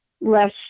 less